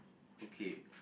okay